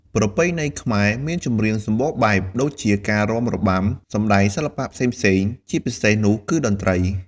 ប្រពៃណីខ្មែរមានចម្រៀងសម្បូរបែបដូចជាការរាំរបាំ សម្តែងសិល្បៈផ្សេងៗ ជាពិសេសនោះគឺតន្រ្តី។